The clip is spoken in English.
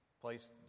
place